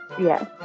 Yes